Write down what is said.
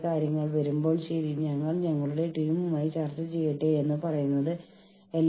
കാരണം നമ്മൾ സ്വയം വേണ്ടത്ര ശക്തരല്ല